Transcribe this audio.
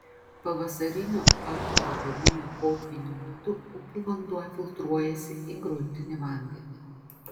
pavasarinio ar rudeninio potvynio metu upių vanduo filtruojasi į gruntinį vandenį